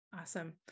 Awesome